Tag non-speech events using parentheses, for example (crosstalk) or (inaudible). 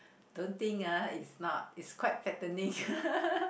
don't think uh is not is quite fattening (laughs)